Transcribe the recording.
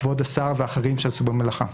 כבוד השר ואחרים שעסקו במלאכה.